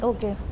Okay